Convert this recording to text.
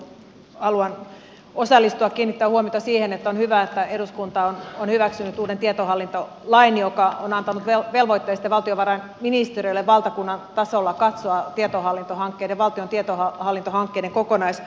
tähän keskusteluun haluan osallistua kiinnittää huomiota siihen että on hyvä että eduskunta on hyväksynyt uuden tietohallintolain joka on antanut velvoitteen sitten valtiovarainministeriölle valtakunnan tasolla katsoa valtion tietohallintohankkeiden kokonaisarkkitehtuuria